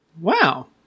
Wow